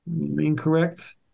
Incorrect